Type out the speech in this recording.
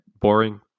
boring